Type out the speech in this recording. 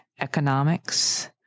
economics